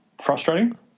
frustrating